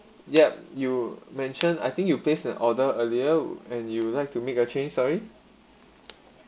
yup you mentioned I think you placed an order earlier and you would like to make a change sorry